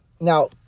now